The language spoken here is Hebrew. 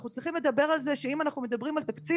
אנחנו צריכים לדבר על זה שאם אנחנו מדברים על תקציב